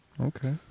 Okay